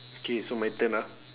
K so my turn ah